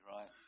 right